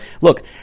look